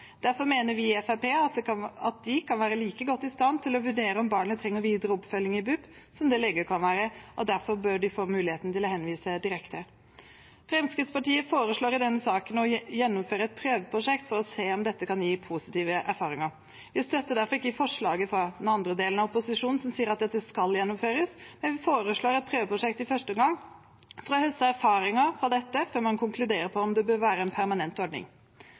Derfor mener vi i Fremskrittspartiet at de kan være like godt i stand til å vurdere om barnet trenger videre oppfølging i BUP som det leger kan være, og derfor bør de få mulighet til å henvise direkte. Fremskrittspartiet foreslår i denne saken å gjennomføre et prøveprosjekt for å se om dette kan gi positive erfaringer. Vi støtter derfor ikke forslaget fra den andre delen av opposisjonen som sier at dette skal gjennomføres, men vi foreslår et prøveprosjekt i første omgang for å høste erfaringer fra dette før man konkluderer på om det bør være en permanent ordning.